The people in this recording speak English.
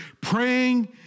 Praying